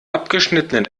abgeschnittenen